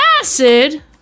Acid